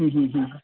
হু হু হু